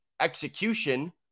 execution